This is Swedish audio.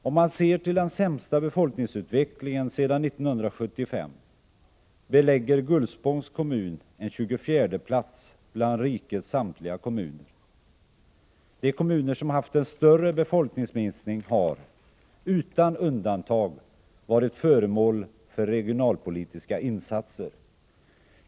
Om man ser till den sämsta befolkningsutvecklingen sedan 1975 belägger Gullspångs kommun den 24:e platsen bland rikets samtliga kommuner. De kommuner som haft större befolkningsminskning har utan undantag varit föremål för regionalpolitiska insatser.